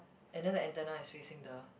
and then the antenna is facing the